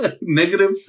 negative